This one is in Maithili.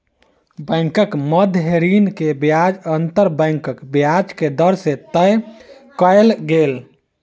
बैंकक मध्य ऋण के ब्याज अंतर बैंक ब्याज के दर से तय कयल गेल